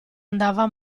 andava